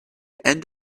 end